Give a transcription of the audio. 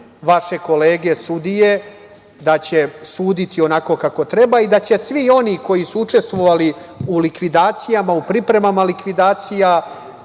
vaše kolege sudije suditi onako kako treba i da će svi oni koji su učestvovali u likvidacijama, u pripremama likvidacija,